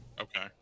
Okay